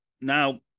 Now